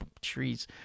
trees